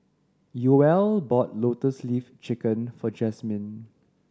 Yoel bought Lotus Leaf Chicken for Jasmyn